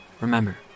Remember